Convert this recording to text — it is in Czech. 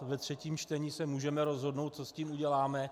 Ve třetím čtení se můžeme rozhodnout, co s tím uděláme.